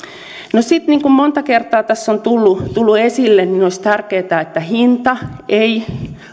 sitten niin kuin monta kertaa tässä on tullut tullut esille olisi tärkeätä että hinta ei